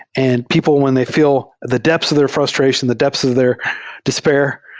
and people when they feel the depth of their frustration, the depths of their despair,